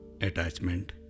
attachment